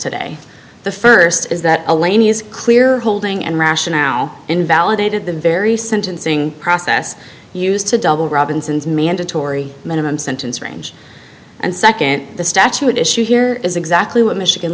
today the first is that elaine is clear holding and rationale invalidated the very sentencing process used to double robinson's mandatory minimum sentence range and second the statute issue here is exactly what michigan